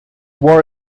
wore